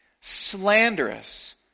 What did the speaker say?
slanderous